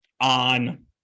on